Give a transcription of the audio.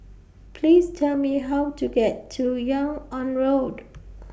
Please Tell Me How to get to Yung An Road